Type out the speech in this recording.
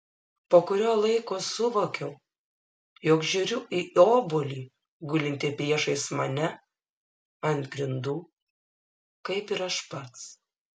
po kurio laiko suvokiau jog žiūriu į obuolį gulintį priešais mane ant grindų kaip ir aš pats